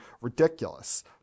ridiculous